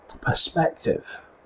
perspective